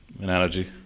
analogy